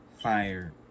fire